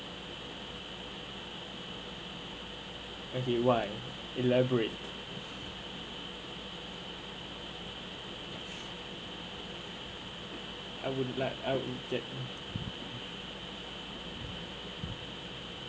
I mean why elaborate I wouldn't like that